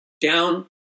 down